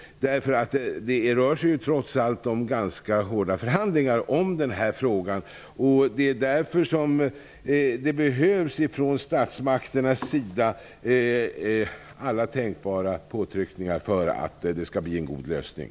Det rör sig ju trots allt om ganska hårda förhandlingar i denna fråga. Därför behövs det från statsmakternas sida alla tänkbara påtryckningar för en god lösning.